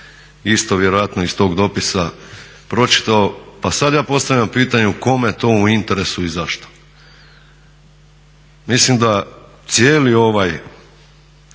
isto vjerojatno iz tog dopisa pročitao. Pa sad ja postavljam pitanje kome je to u interesu i zašto. Mislim da cijeli ovaj